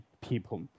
people